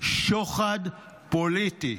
שוחד פוליטי.